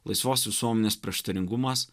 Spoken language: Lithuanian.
laisvos visuomenės prieštaringumas